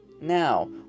now